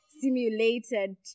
simulated